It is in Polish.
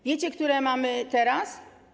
Wiecie, które mamy teraz?